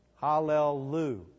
Hallelujah